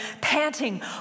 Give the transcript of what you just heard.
panting